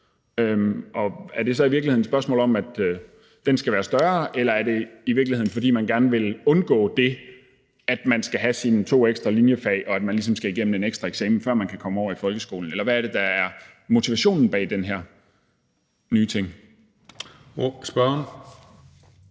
Og er det så i virkeligheden et spørgsmål om, at den skal være større, eller er det, fordi man i virkeligheden gerne vil undgå, at man skal have sine to ekstra linjefag, og at man ligesom skal igennem en ekstra eksamen, før man kan komme over i folkeskolen? Eller hvad er det, der er motivationen bag den her nye ting?